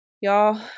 y'all